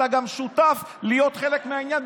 אתה גם שותף לחלק מהעניין,